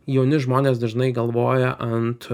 jauni žmonės dažnai galvoja ant